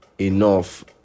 enough